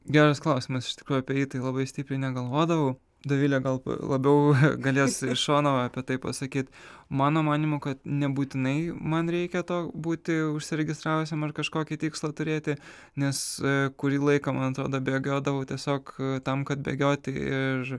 geras klausimas iš tikrųjų apie jį tai labai stipriai negalvodavau dovilė gal labiau galės iš šono apie tai pasakyt mano manymu kad nebūtinai man reikia to būti užsiregistravusiam ar kažkokį tikslą turėti nes kurį laiką man atrodo bėgiodavau tiesiog tam kad bėgioti ir